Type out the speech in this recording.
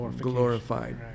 glorified